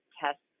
tests